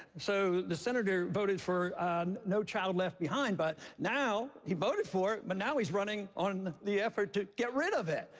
so the senator voted for no child left behind, but now he voted for it, but now he's running on the effort to get rid of it.